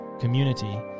community